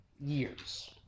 years